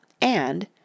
And